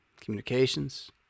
communications